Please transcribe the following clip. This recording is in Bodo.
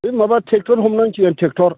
बे माबा ट्रेक्ट'र हमनांसिगोन ट्रेक्ट'र